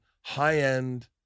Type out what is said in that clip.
high-end